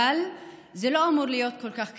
אבל זה לא אמור להיות כל כך קשה.